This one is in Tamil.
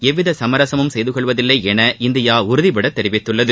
எவ்வித சுமரசமும் செய்தகொள்வதில்லை என இந்தியா உறுதிபட தெரிவித்துள்ளது